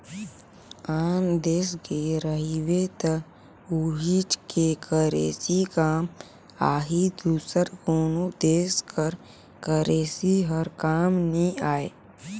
आन देस गे रहिबे त उहींच के करेंसी काम आही दूसर कोनो देस कर करेंसी हर काम नी आए